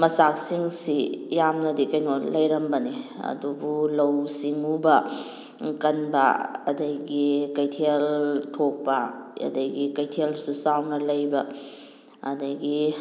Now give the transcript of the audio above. ꯃꯆꯥꯛꯁꯤꯡꯁꯤ ꯌꯥꯝꯅꯗꯤ ꯀꯩꯅꯣ ꯂꯩꯔꯝꯕꯅꯤ ꯑꯗꯨꯕꯨ ꯂꯧꯎ ꯁꯤꯡꯉꯨꯕ ꯀꯟꯕ ꯑꯗꯒꯤ ꯀꯩꯊꯦꯜ ꯊꯣꯛꯄ ꯑꯗꯒꯤ ꯀꯩꯊꯦꯜꯁꯨ ꯆꯥꯎꯅ ꯂꯩꯕ ꯑꯗꯒꯤ